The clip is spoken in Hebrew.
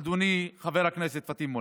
אדוני חבר הכנסת פטין מולא.